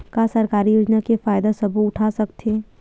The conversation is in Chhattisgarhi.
का सरकारी योजना के फ़ायदा सबो उठा सकथे?